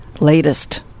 latest